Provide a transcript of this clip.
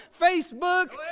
Facebook